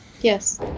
yes